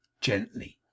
gently